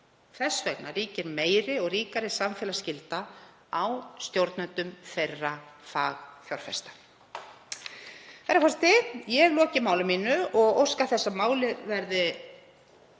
Þess vegna ríkir meiri og ríkari samfélagsskylda á stjórnendum þeirra fagfjárfesta. Herra forseti. Ég hef lokið máli mínu og óska þess að málið fari